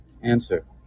Answer